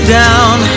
down